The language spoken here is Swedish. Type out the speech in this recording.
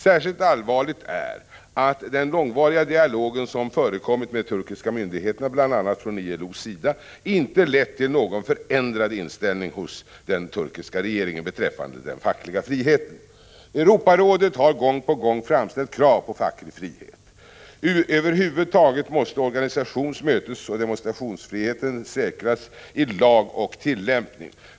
Särskilt allvarligt är att den långvariga dialog som förekommit med de turkiska myndigheterna, bl.a. från ILO:s sida, inte lett till någon förändrad inställning hos den turkiska regeringen beträffande den fackliga friheten. Europarådet har gång på gång framställt krav på facklig frihet. Över huvud taget måste organisations-, mötesoch demonstrationsfriheten säkras i lag och tillämpning.